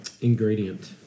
ingredient